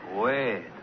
Wait